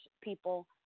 people